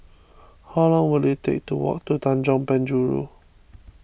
how long will it take to walk to Tanjong Penjuru